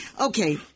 Okay